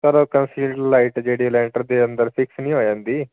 sir concealed light ਜਿਹੜੀ ਲੈਂਟਰ ਦੇ ਅੰਦਰ ਫਿਕਸ ਨਹੀਂ ਹੋ ਜਾਂਦੀ